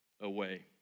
away